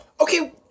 Okay